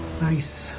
nice